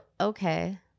okay